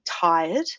tired